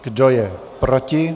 Kdo je proti?